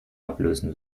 ablösen